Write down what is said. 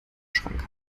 schrank